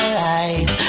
right